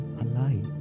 alive